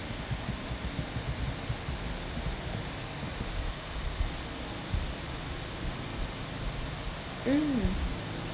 mm